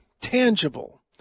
tangible